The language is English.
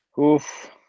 Oof